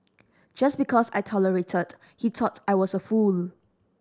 just because I tolerated he thought I was a fool